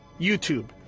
YouTube